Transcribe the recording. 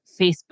Facebook